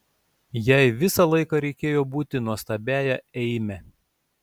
jai visą laiką reikėjo būti nuostabiąja eime